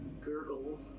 gurgle